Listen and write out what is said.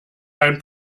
ein